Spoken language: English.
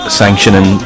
sanctioning